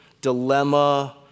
dilemma